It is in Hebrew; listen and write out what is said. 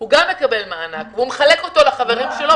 גם מקבל מענק והוא מחלק אותו לחברים שלו